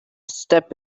step